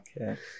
Okay